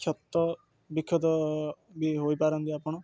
କ୍ଷତ ବିକ୍ଷତ ବି ହୋଇପାରନ୍ତି ଆପଣ